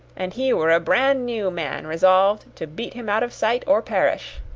and he were a bran-new man resolved to beat him out of sight, or perish.